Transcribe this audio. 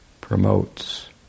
promotes